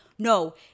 No